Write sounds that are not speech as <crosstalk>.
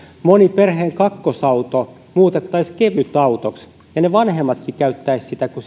moni perheen kakkosauto muutettaisiin kevytautoksi ja vanhemmatkin käyttäisivät sitä kun <unintelligible>